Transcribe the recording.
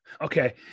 Okay